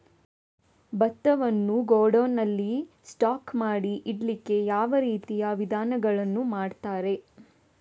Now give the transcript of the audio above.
ಭತ್ತವನ್ನು ಗೋಡೌನ್ ನಲ್ಲಿ ಸ್ಟಾಕ್ ಮಾಡಿ ಇಡ್ಲಿಕ್ಕೆ ಯಾವ ರೀತಿಯ ವಿಧಾನಗಳನ್ನು ಮಾಡ್ತಾರೆ?